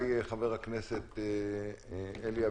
ואחריי חבר הכנסת אלי אבידר.